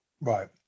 Right